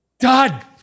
God